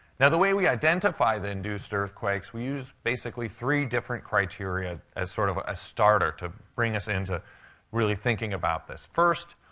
now, the way we identify the induced earthquakes, we use basically three different criteria as sort of a starter to bring us into really thinking about this. first,